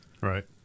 Right